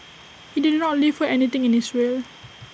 he did not leave her anything in his will